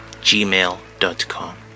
gmail.com